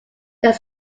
their